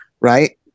Right